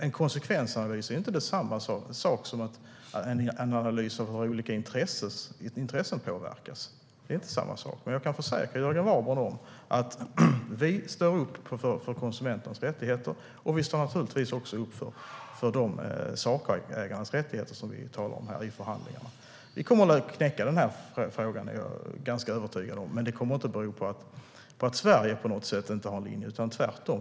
En konsekvensanalys är inte samma sak som en analys av hur olika intressen påverkas. Men jag kan försäkra Jörgen Warborn om att vi står upp för konsumenternas rättigheter, och vi står naturligtvis också upp för sakägarnas rättigheter i förhandlingarna. Vi kommer att knäcka den här frågan, det är jag ganska övertygad om. Men det är inte så att Sverige inte har någon linje, tvärtom.